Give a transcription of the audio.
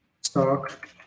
stock